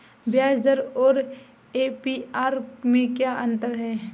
ब्याज दर और ए.पी.आर में क्या अंतर है?